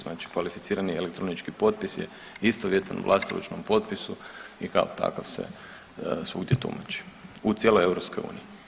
Znači kvalificirani elektronički potpis je istovjetan vlastoručnom potpisu i kao takav se svugdje tumaču u cijeloj EU.